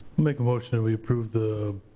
make a motion we approve the